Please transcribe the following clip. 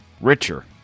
richer